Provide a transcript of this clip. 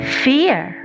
fear